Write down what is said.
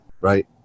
right